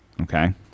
Okay